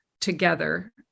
together